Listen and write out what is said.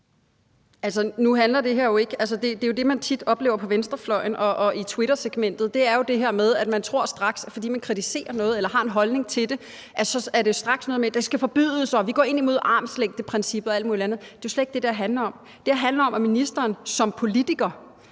(DF): Det, man tit oplever på venstrefløjen og i twittersegmentet, er det her med, at de straks tror, at fordi man kritiserer noget eller har en holdning til det, så er det straks noget med, at man synes, at det skal forbydes, og at man går imod armslængdeprincippet og alt muligt andet. Det er jo slet ikke det, det handler om. Det her handler om, at ministeren som politiker